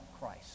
Christ